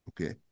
Okay